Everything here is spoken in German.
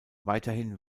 weiterhin